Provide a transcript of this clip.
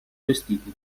vestiti